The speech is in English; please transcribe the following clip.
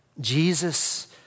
Jesus